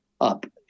up